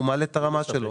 הוא מעלה את הרמה שלו.